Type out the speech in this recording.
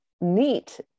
neat